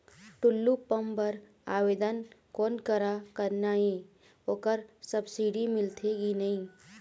Tullu pump बर आवेदन कोन करा करना ये ओकर सब्सिडी मिलथे की नई?